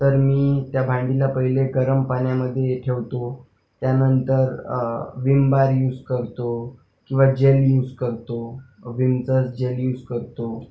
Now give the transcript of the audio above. तर मी त्या भांडीला पहिले गरम पाण्यामधे ठेवतो त्यानंतर विम बार यूस करतो किंवा जेल यूस करतो विमचा जेल यूस करतो